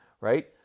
right